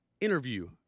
interview